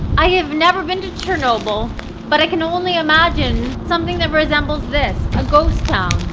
i have never been chernobyl but i can only imagine something that resembles this a ghost town